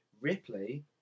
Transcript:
Ripley